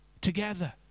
together